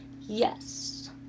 yes